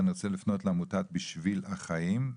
אני רוצה לפנות לעמותת 'בשביל החיים',